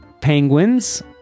penguins